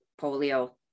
Polio